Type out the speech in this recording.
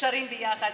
שרים ביחד,